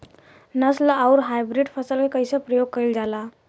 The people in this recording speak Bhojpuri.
नस्ल आउर हाइब्रिड फसल के कइसे प्रयोग कइल जाला?